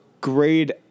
grade